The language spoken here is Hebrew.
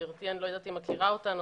ואני לא יודעת אם גברתי מכירה אותנו,